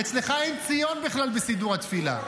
אצלך אין ציון בכלל בסידור התפילה.